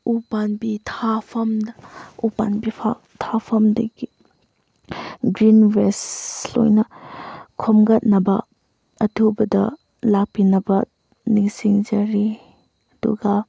ꯎ ꯄꯥꯝꯕꯤ ꯊꯥꯐꯝꯗ ꯎ ꯄꯥꯝꯕꯤ ꯊꯥꯐꯝꯗꯒꯤ ꯒ꯭ꯔꯤꯟ ꯋꯦꯁ ꯂꯣꯏꯅ ꯈꯣꯝꯒꯠꯅꯕ ꯑꯊꯨꯕꯗ ꯂꯥꯛꯄꯤꯅꯕ ꯅꯤꯡꯁꯤꯡꯖꯔꯤ ꯑꯗꯨꯒ